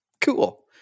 cool